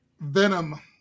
venom